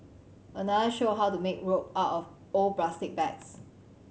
another showed how to make rope out of old plastic bags